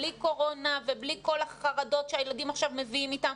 בלי קורונה ובלי כל החרדות שהילדים עכשיו מביאים איתם,